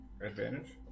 Advantage